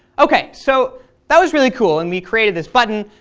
okay, so that was really cool, and we created this button.